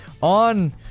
On